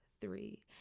three